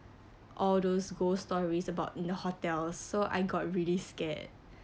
all those ghost stories about in the hotel so I got really scared